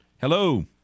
Hello